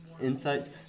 insights